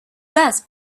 best